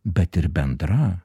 bet ir bendra